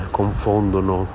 confondono